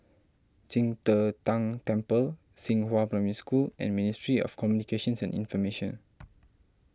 Qing De Tang Temple Xinghua Primary School and Ministry of Communications and Information